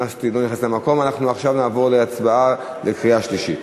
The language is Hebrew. עכשיו נעבור להצבעה בקריאה שלישית.